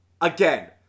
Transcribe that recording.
Again